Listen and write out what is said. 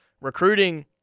recruiting